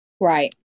right